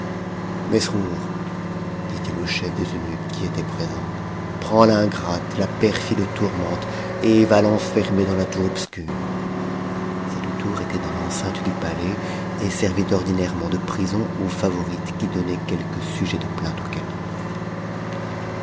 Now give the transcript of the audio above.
mesrour dit-il au chef des eunuques qui était présent prends l'ingrate la perfide tourmente et va l'enfermer dans la tour obscure cette tour était dans l'enceinte du palais et servait ordinairement de prison aux favorites qui donnaient quelque sujet de